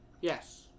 Yes